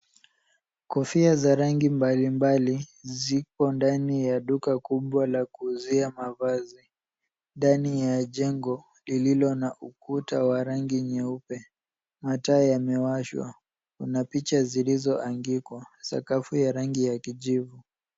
Kofia za rangi mbalimbali zipo ndani ya duka kubwa la kuuzia mavazi ndani ya jengo lililo na ukuta wa rangi nyeupe. Mataa yamewashwa. Kuna picha zilizoangikwa. Sakafu ya rangi ya kijivu.